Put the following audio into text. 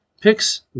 picks